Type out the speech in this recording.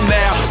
now